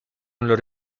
nel